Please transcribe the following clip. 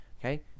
okay